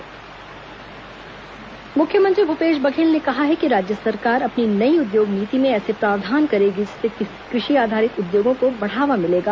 मुख्यमंत्री अभिनंदन समारोह मुख्यमंत्री भूपेश बघेल ने कहा है कि राज्य सरकार अपनी नई उद्योग नीति में ऐसे प्रावधान करेगी जिससे कृषि आधारित उद्योगों को बढ़ावा मिलेगा